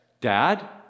Dad